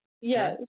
Yes